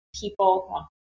people